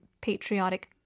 patriotic